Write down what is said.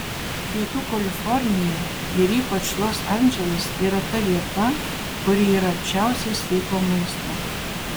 pietų kalifornija ir ypač los andželas yra ta vieta kuri yra arčiausiai sveiko maisto